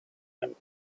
him